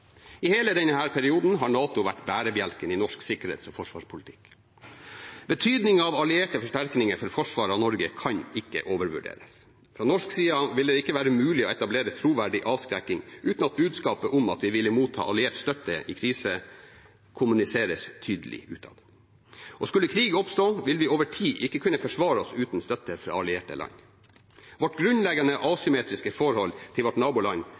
I hele denne perioden har NATO vært bærebjelken i norsk sikkerhets- og forsvarspolitikk. Betydningen av allierte forsterkninger for forsvaret av Norge kan ikke overvurderes. Fra norsk side vil det ikke være mulig å etablere en troverdig avskrekking uten at budskapet om at vi vil motta alliert støtte i krise, kommuniseres tydelig utad. Skulle krig oppstå, vil vi over tid ikke kunne forsvare oss uten støtte fra allierte land. Vårt grunnleggende asymmetriske forhold til vårt naboland